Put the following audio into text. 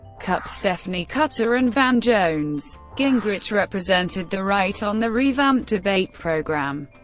cupp, stephanie cutter, and van jones. gingrich represented the right on the revamped debate program.